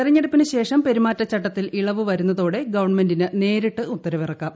തിരഞ്ഞെടുപ്പിയുൾേഷം പെരുമാറ്റച്ചട്ടത്തിൽ ഇളവുവരുന്നതോടെ ഗവ്ജൂർമെന്റിന് നേരിട്ട് ഉത്തരവിറക്കാം